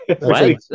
Right